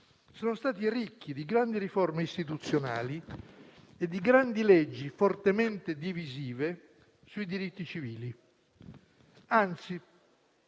sono stati ricchi di grandi riforme istituzionali e di grandi leggi fortemente divisive sui diritti civili. Anzi,